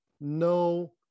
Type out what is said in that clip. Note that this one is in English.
no